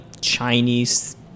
Chinese